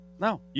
No